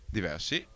Diversi